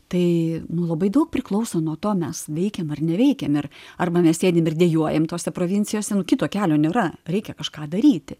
tai nu labai daug priklauso nuo to mes veikiam ar neveikiam ir arba mes sėdim ir dejuojam tose provincijose nu kito kelio nėra reikia kažką daryti